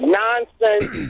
nonsense